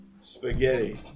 Spaghetti